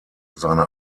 seine